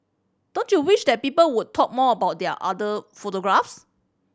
don't you wish that people would talk more about other photographs